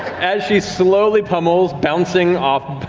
as she slowly pummels, bouncing off,